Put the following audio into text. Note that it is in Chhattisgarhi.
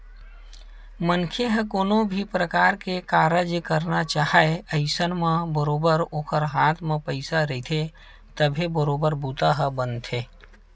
मनखे ह कोनो भी परकार के कारज करना चाहय अइसन म बरोबर ओखर हाथ म पइसा रहिथे तभे बरोबर बूता ह बनथे